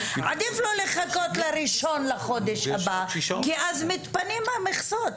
עדיף לו לחכות ל-1 בחודש הבא כי אז מתפנים המכסות.